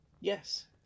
yes